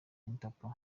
interpol